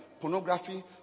Pornography